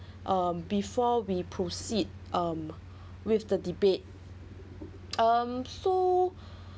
um before we proceed um with the debate um so